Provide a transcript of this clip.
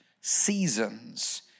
seasons